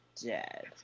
dead